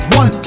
one